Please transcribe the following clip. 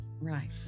Right